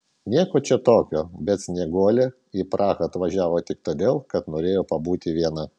nieko čia tokio bet snieguolė į prahą atvažiavo tik todėl kad norėjo pabūti viena